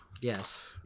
Yes